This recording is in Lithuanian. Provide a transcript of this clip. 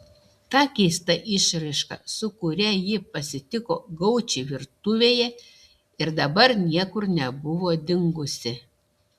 ta keista išraiška su kuria ji pasitiko gaučį virtuvėje ir dabar niekur nebuvo dingusi